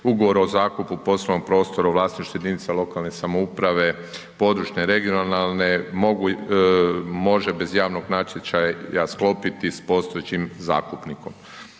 ugovor o zakupu, poslovnom prostoru u vlasništvu jedinica lokalne samouprave, područne, regionalne može bez javnog natječaja sklopiti sa postojećim zakupnikom.